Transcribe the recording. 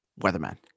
weatherman